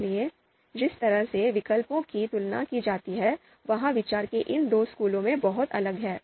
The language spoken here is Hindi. इसलिए जिस तरह से विकल्पों की तुलना की जाती है वह विचार के इन दो स्कूलों में बहुत अलग है